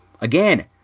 again